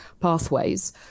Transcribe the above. pathways